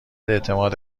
اعتماد